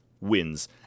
wins